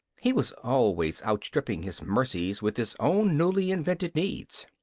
he was always outstripping his mercies with his own newly invented needs.